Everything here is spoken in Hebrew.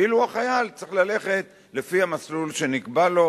ואילו החייל צריך ללכת לפי המסלול שנקבע לו,